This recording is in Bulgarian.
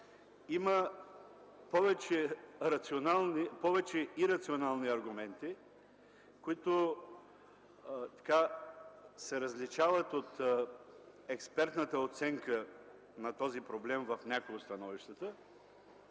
има повече ирационални аргументи, които се различават от експертната оценка на този проблем в някои от становищата.